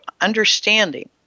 understanding